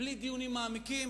בלי דיונים מעמיקים.